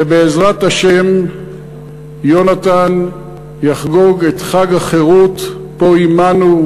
ובעזרת השם יונתן יחגוג את חג החירות פה עמנו,